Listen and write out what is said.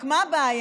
רק מה הבעיה?